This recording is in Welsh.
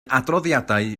adroddiadau